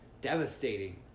Devastating